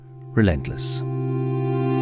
relentless